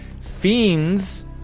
Fiends